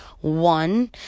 One